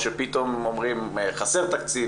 או שפתאום אומרים שחסר תקציב,